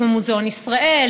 כמו מוזיאון ישראל,